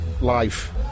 life